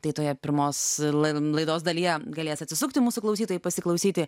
tai toje pirmos lai laidos dalyje galės atsisukti mūsų klausytojai pasiklausyti